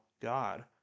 God